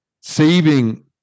saving